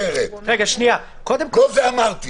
לא זה מה שאמרתי.